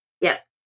Yes